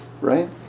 right